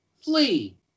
Flee